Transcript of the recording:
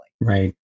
right